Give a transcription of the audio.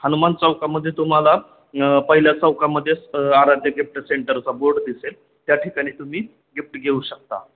हनुमान चौकामध्ये तुम्हाला पहिल्या चौकामध्येच आराध्य्य गिफ्ट सेंटरचा बोर्ड दिसेल त्या ठिकाणी तुम्ही गिफ्ट घेऊ शकता